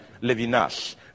Levinas